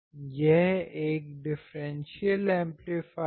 यह एक differential amplifier है